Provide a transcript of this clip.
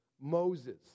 Moses